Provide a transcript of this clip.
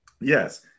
Yes